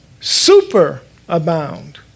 superabound